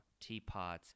teapots